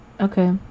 Okay